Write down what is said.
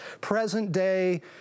present-day